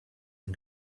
and